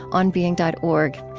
onbeing dot org.